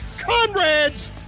Comrades